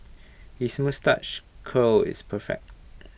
his moustache curl is perfect